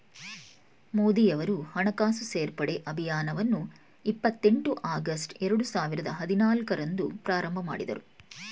ಮೋದಿಯವರು ಹಣಕಾಸು ಸೇರ್ಪಡೆ ಅಭಿಯಾನವನ್ನು ಇಪ್ಪತ್ ಎಂಟು ಆಗಸ್ಟ್ ಎರಡು ಸಾವಿರದ ಹದಿನಾಲ್ಕು ರಂದು ಪ್ರಾರಂಭಮಾಡಿದ್ರು